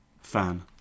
fan